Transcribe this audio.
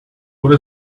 what